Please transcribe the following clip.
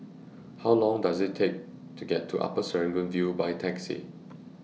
How Long Does IT Take to get to Upper Serangoon View By Taxi